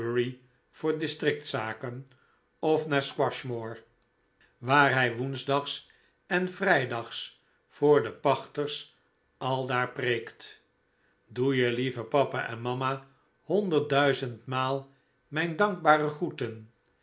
voor districtszaken of naar squashmore waar hij woensdags en vrijdags voor de pachters aldaar preekt doe je lieve papa en mama honderd duizend maal mijn dankbare groeten